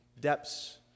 depths